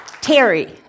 Terry